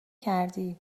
کردی